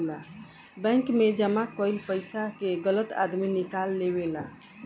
bank मे जमा कईल पइसा के गलत आदमी निकाल लेवेला